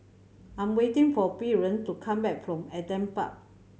I'm waiting for Brien to come back from Adam Park